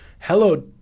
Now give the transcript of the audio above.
Hello